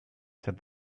said